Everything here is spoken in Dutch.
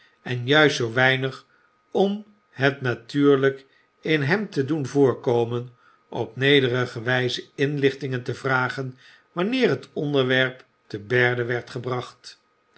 en juist zoo weinig om het natuurlyk in hem te doen voorkomen op nederige wftze inlichtingen te vragen wanneer het onderwerp te berde werd gebracht